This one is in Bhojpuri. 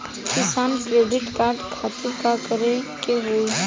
किसान क्रेडिट कार्ड खातिर का करे के होई?